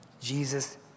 Jesus